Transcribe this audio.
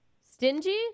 stingy